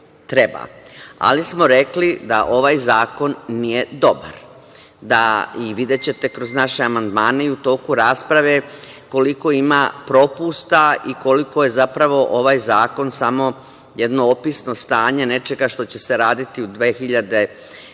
ali smo rekli da ovaj zakon nije dobar, i videćete kroz naše amandmane i u toku rasprave koliko ima propusta i koliko je zapravo ovaj zakon samo jedno opisno stanje nečega što će se raditi u 2021.